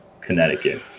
connecticut